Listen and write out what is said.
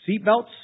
Seatbelts